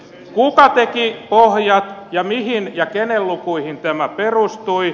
kuka teki pohjat ja mihin ja kenen lukuihin tämä perustui